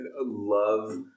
love